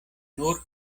nur